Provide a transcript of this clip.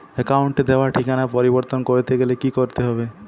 অ্যাকাউন্টে দেওয়া ঠিকানা পরিবর্তন করতে গেলে কি করতে হবে?